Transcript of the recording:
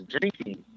drinking